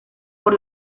por